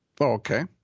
Okay